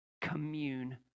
commune